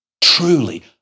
Truly